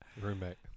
roommate